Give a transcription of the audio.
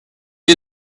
est